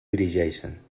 dirigeixen